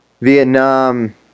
Vietnam